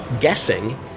guessing